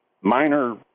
minor